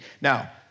Now